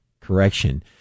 correction